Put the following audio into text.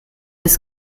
das